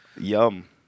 Yum